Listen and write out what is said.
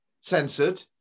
censored